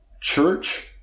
church